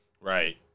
Right